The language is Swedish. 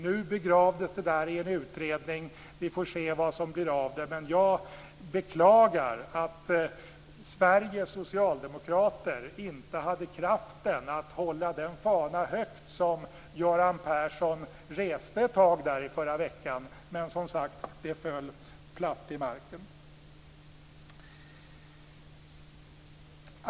Nu begravdes det i en utredning. Vi får se vad det blir av detta. Men jag beklagar att Sveriges socialdemokrater inte hade kraften att hålla den fana högt som Göran Persson reste ett tag i förra veckan. Det föll som sagt platt till marken.